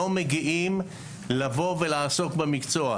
לא מגיעים לבוא ולעסוק במקצוע,